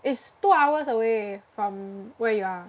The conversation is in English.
it's two hours away from where you are